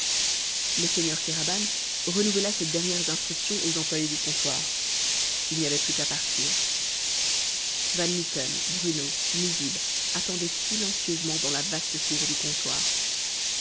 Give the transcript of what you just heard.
le seigneur kéraban renouvela ses dernières instructions aux employés du comptoir il n'y avait plus qu'à partir van mitten bruno nizib attendaient silencieusement dans la vaste cour du comptoir